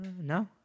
No